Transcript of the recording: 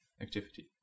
activity